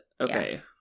Okay